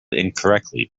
incorrectly